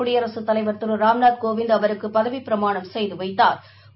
குடியரசுத் தலைவர் திரு ராாம்நாத் கோவிந்த் அவருக்கு பதவிப்பிரமாணம் செய்து வைத்தாா்